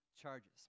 charges